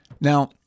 Now